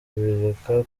kubireka